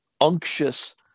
unctuous